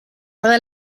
voilà